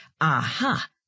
Aha